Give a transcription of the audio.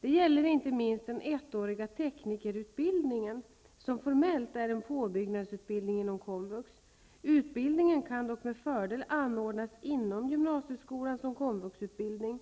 Detta gäller inte minst den 1-åriga teknikerutbildningen, som formellt är en påbyggnadsutbildning inom komvux. Utbildningen kan dock med fördel anordnas inom gymnasieskolan som komvuxutbildning.